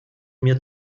mir